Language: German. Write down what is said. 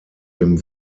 dem